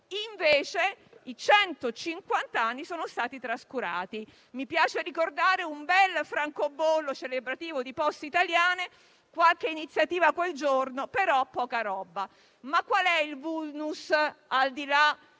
centocinquant'anni sono stati trascurati. Mi piace ricordare un bel francobollo celebrativo di Poste italiane e qualche iniziativa quel giorno; però poca roba. Ma qual è il *vulnus*, al di là